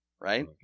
Right